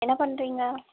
என்ன பண்ணுறிங்க